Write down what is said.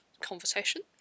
conversation